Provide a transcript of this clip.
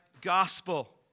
gospel